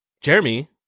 Jeremy